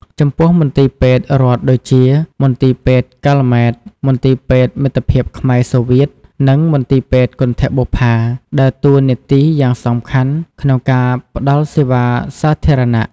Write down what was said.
ចំពោះ មន្ទីរពេទ្យរដ្ឋដូចជា មន្ទីរពេទ្យកាល់ម៉ែត មន្ទីរពេទ្យមិត្តភាពខ្មែរ-សូវៀត និងមន្ទីរពេទ្យគន្ធបុប្ផា ដើរតួនាទីយ៉ាងសំខាន់ក្នុងការផ្តល់សេវាសាធារណៈ។